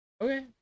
Okay